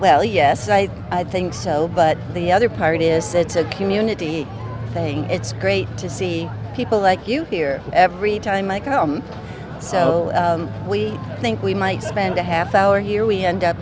well yes i think so but the other part is said to the community thing it's great to see people like you here every time i come so we think we might spend a half hour here we end up